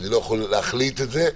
אני לא יכול להחליט את זה,